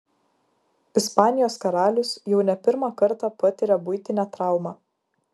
ispanijos karalius jau ne pirmą kartą patiria buitinę traumą